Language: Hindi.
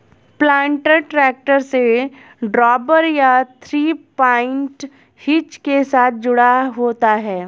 प्लांटर ट्रैक्टर से ड्रॉबार या थ्री पॉइंट हिच के साथ जुड़ा होता है